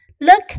Look